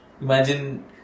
Imagine